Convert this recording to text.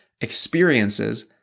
experiences